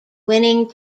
winning